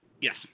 Yes